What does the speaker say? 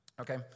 Okay